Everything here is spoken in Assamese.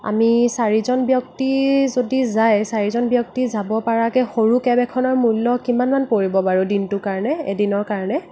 আমি চাৰিজন ব্যক্তি যদি যায় চাৰিজন ব্যক্তি যাব পৰাকৈ সৰু কেব এখনৰ মূল্য কিমান মান পৰিব বাৰু দিনটোৰ কাৰণে এদিনৰ কাৰণে